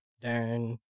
Darn